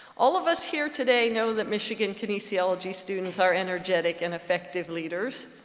all of us here today know that michigan kinesiology students are energetic and effective leaders.